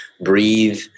Breathe